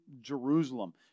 Jerusalem